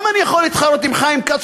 אני גם יכול להתחרות עם חיים כץ,